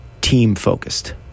team-focused